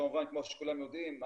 כמו שכולם יודעים,